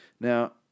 Now